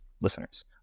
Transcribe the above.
listeners